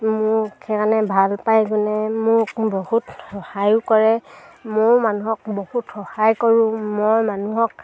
মোক সেইকাৰণে ভাল পায় কিনে মোক বহুত সহায়ো কৰে ময়ো মানুহক বহুত সহায় কৰোঁ মই মানুহক